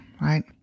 right